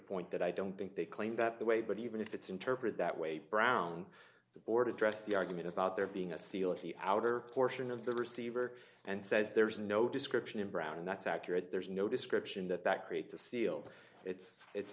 point that i don't think they claim that the way but even if it's interpreted that way brown the board addressed the argument about there being a seal of the outer portion of the receiver and says there is no description in brown and that's accurate there's no description that that creates a seal it's it's